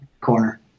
corner